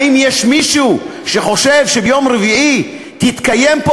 האם יש מישהו שחושב שביום רביעי תתקיים פה,